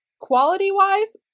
quality-wise